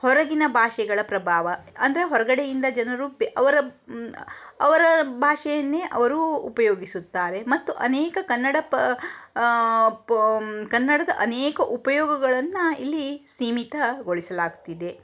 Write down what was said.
ಹೊರಗಿನ ಭಾಷೆಗಳ ಪ್ರಭಾವ ಅಂದರೆ ಹೊರಗಡೆಯಿಂದ ಜನರು ಬೆ ಅವರ ಅವರ ಭಾಷೆಯನ್ನೇ ಅವರು ಉಪಯೋಗಿಸುತ್ತಾರೆ ಮತ್ತು ಅನೇಕ ಕನ್ನಡ ಪ ಪ ಕನ್ನಡದ ಅನೇಕ ಉಪಯೋಗಗಳನ್ನು ಇಲ್ಲಿ ಸೀಮಿತಗೊಳಿಸಲಾಗ್ತಿದೆ